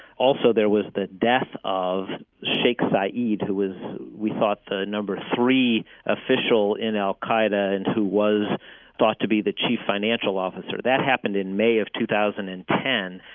also there was the death of sheikh so sa'id, who was we thought the number three official in al-qaida and who was thought to be the chief financial officer. that happened in mayof two thousand and ten.